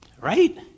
right